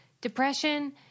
depression